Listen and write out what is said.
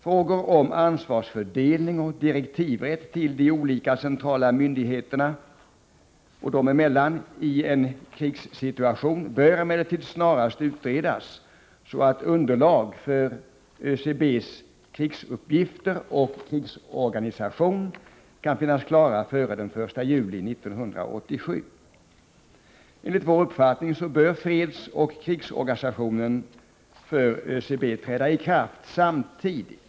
Frågor om ansvarsfördelning och direktivrätt de olika centrala myndigheterna emellan i en krigssituation bör emellertid snarast utredas, så att underlag för ÖCB:s krigsuppgifter och krigsorganisation kan finnas klart före den 1 juli 1987. Enligt vår uppfattning bör fredsoch krigsorganisationen för ÖCB träda i kraft samtidigt.